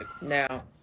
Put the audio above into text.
Now